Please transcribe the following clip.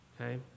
okay